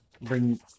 bring